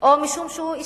או משום שהוא אשה.